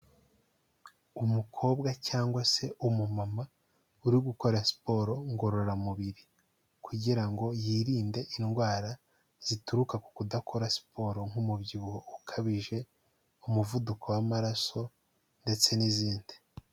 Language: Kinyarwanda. Umukobwa cyangwa se umumama uri gukora siporo ngororamubiri kugira ngo yirinde indwara zituruka ku kudakora siporo, nk'umubyibuho ukabije, umuvuduko w'amaraso ndetse n'izindi.